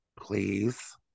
Please